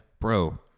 bro